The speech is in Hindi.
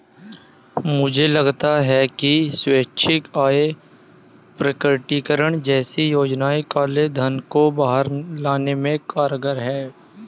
मुझे लगता है कि स्वैच्छिक आय प्रकटीकरण जैसी योजनाएं काले धन को बाहर लाने में कारगर हैं